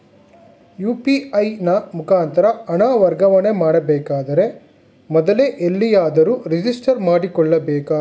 UPI ನ ಮುಖಾಂತರ ಹಣ ವರ್ಗಾವಣೆ ಮಾಡಬೇಕಾದರೆ ಮೊದಲೇ ಎಲ್ಲಿಯಾದರೂ ರಿಜಿಸ್ಟರ್ ಮಾಡಿಕೊಳ್ಳಬೇಕಾ?